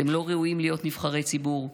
אתם לא ראויים להיות נבחרי ציבור,